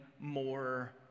more